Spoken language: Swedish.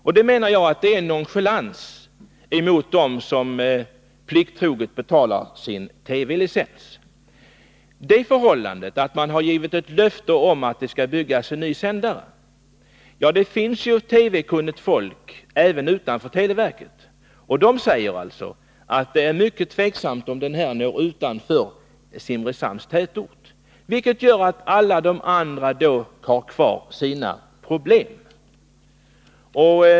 Jag menar att detta är nonchalans mot dem som plikttroget betalar sin TV-licens. Man har gett ett löfte om att det skall byggas en ny sändare. Men det finns TV-kunnigt folk även utanför televerket. De människorna säger, att det är tveksamt om sändningen i fråga når utanför Simrishamns tätort — vilket gör att alla andra har kvar sina problem.